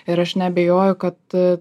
ir aš neabejoju kad